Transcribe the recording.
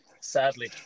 Sadly